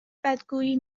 بدگویی